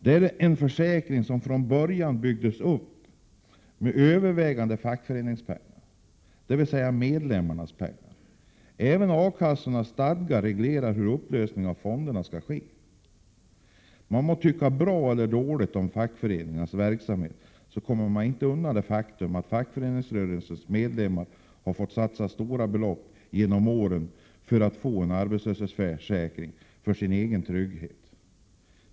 Det är en försäkring som från början byggts upp med övervägande fackföreningspengar, dvs. med medlemmarnas pengar. A-kassornas stadgar reglerar också hur upplösning av fonder skall ske. Man må tycka bra eller illa om fackföreningarnas verksamhet, men man kommer inte undan det faktum att fackföreningsrörelsens medlemmar genom åren har fått satsa stora belopp för att få en arbetslöshetsförsäkring för sin egen trygghet.